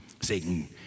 Satan